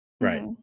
Right